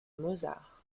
mozart